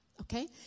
okay